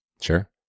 Sure